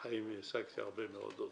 ובחיים העסקתי הרבה מאוד עובדים.